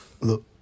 Look